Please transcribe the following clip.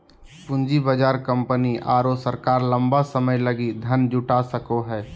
पूँजी बाजार कंपनी आरो सरकार लंबा समय लगी धन जुटा सको हइ